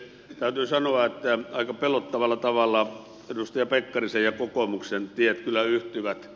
täytyy sanoa että aika pelottavalla tavalla edustaja pekkarisen ja kokoomuksen tiet kyllä yhtyvät